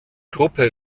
gruppe